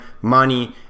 money